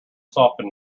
softened